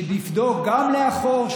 שתבדוק גם לאחור,